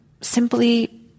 simply